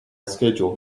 schedule